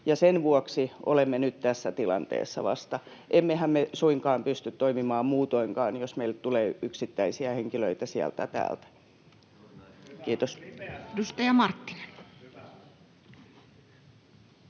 sen vuoksi olemme nyt vasta tässä tilanteessa. Emmehän me suinkaan pysty toimimaan muutoinkaan, jos meille tulee yksittäisiä henkilöitä sieltä täältä. — Kiitos.